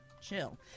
chill